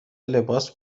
لباس